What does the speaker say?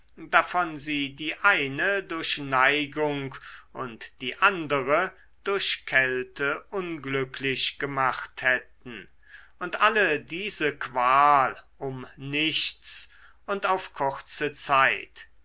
davon sie die eine durch neigung und die andere durch kälte unglücklich gemacht hätten und alle diese qual um nichts und auf kurze zeit